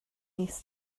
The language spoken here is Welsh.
mis